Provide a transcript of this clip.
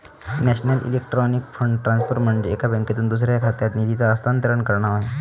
national electronic fund transfer म्हनजे एका बँकेतसून दुसऱ्या खात्यात निधीचा हस्तांतरण करणा होय